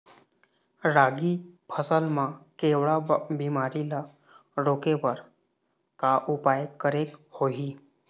रागी फसल मा केवड़ा बीमारी ला रोके बर का उपाय करेक होही?